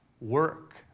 work